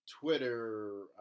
Twitter